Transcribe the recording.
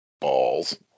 Balls